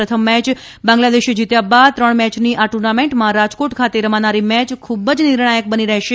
પ્રથમ મેચ બાંગ્લાદેશ જીત્યાબાદ ત્રણ મેચની આ ટુર્નામેન્ટમાં રાજકોટ ખાતે રમાનારી મેચ ખૂબ જ નિર્ણાયક બનીરહેશે